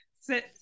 sit